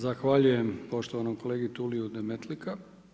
Zahvaljujem poštovanom kolegi Tuliju Demetlika.